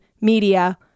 media